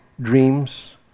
dreams